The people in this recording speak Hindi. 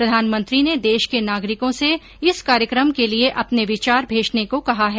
प्रधानमंत्री ने देश के नागरिकों से इस कार्यक्रम के लिये अपने विचार भेजने को कहा है